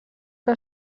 que